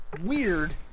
weird